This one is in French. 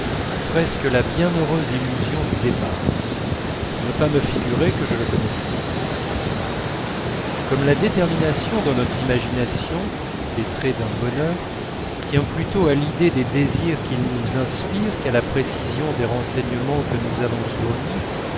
presque la bienheureuse illusion du départ pour ne pas me figurer que je le connaissais comme la détermination dans notre imagination des traits d'un bonheur tient plutôt à l'identité des désirs qu'il nous inspire qu'à la précision des renseignements que nous avons sur lui